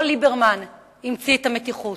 לא ליברמן המציא את המתיחות,